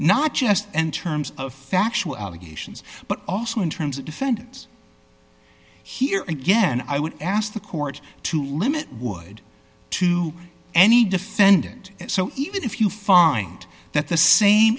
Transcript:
not just in terms of factual allegations but also in terms of defendants here again i would ask the court to limit would to any defendant so even if you find that the same